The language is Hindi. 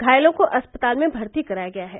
घायलों को अस्पताल में भर्ती कराया गया है